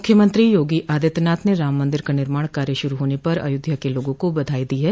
मुख्यमंत्री योगी आदित्यिनाथ ने राम मंदिर का निर्माण कार्य शुरू होने पर अयोध्या के लोगों को बधाई दी है